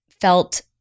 felt